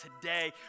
today